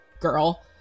girl